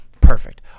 Perfect